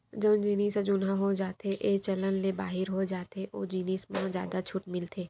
जउन जिनिस ह जुनहा हो जाथेए चलन ले बाहिर हो जाथे ओ जिनिस मन म जादा छूट मिलथे